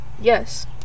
Yes